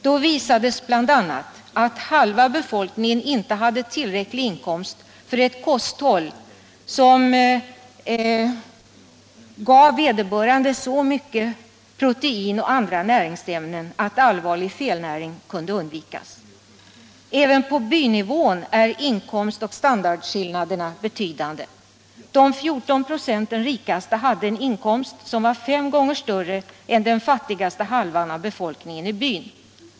Det visades bl.a. att halva befolkningen i byn inte hade tillräcklig inkomst för ett kosthåll som gav vederbörande så mycket proteiner och andra näringsämnen att allvarlig felnäring kunde undvikas. Även på bynivå är inkomstoch standardskillnaderna betydande. De 14 96 rikaste hade inkomster som var fem gånger större än vad den fattigaste halvan av befolkningen i byn hade.